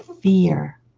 fear